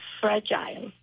fragile